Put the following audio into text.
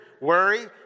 worry